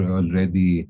already